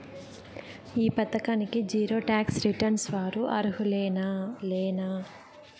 ఈ పథకానికి zero tax returns వారు అర్హులేనా లేనా?